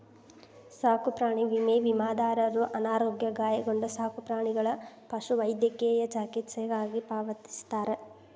ಸಾಕುಪ್ರಾಣಿ ವಿಮೆ ವಿಮಾದಾರರ ಅನಾರೋಗ್ಯ ಗಾಯಗೊಂಡ ಸಾಕುಪ್ರಾಣಿಗಳ ಪಶುವೈದ್ಯಕೇಯ ಚಿಕಿತ್ಸೆಗಾಗಿ ಪಾವತಿಸ್ತಾರ